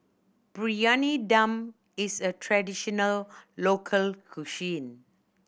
Briyani Dum is a traditional local cuisine